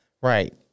Right